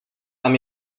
tam